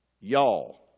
y'all